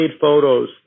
photos